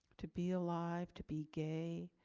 to be alive, to be gay,